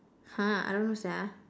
!huh! I don't know sia